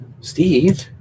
Steve